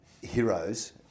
heroes